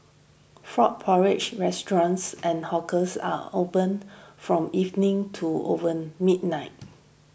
frog porridge restaurants and hawkers are opened from evening to over midnight